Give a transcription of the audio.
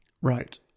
Right